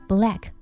Black